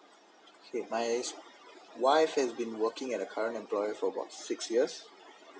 okay my wife has been working at the current employer forgot about six years